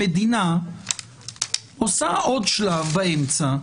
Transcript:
המדינה עושה עוד שלב באמצע,